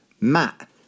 Matt